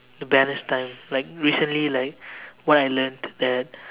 to balance time like recently like what I learnt that